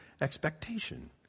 expectation